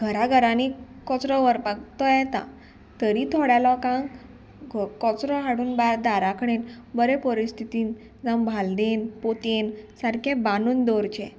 घरा घरांनी कचरो व्हरपाक तो येता तरी थोड्या लोकांक कोचरो हाडून बाय दारा कडेन बरे परिस्थितीन जावं बालदेन पोतयेन सारकें बांदून दवरचें